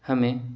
ہمیں